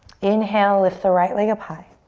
inhale, lift the right leg up high.